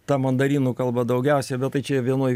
ta mandarinų kalba daugiausiai bet tai čia vienoj